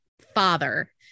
father